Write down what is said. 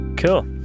Cool